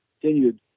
Continued